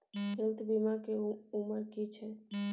Health बीमा के उमर की छै?